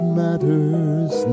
matters